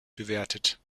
bewertet